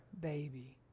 baby